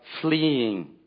fleeing